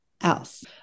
else